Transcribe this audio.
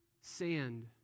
sand